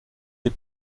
des